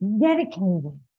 dedicated